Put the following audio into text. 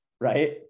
right